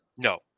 No